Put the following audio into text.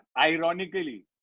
ironically